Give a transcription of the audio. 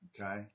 Okay